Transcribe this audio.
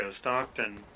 Stockton